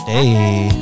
Hey